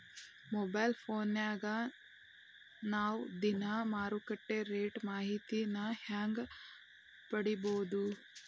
Mobile ಫೋನ್ಯಾಗ ನಾವ್ ದಿನಾ ಮಾರುಕಟ್ಟೆ ರೇಟ್ ಮಾಹಿತಿನ ಹೆಂಗ್ ಪಡಿಬೋದು?